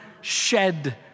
shed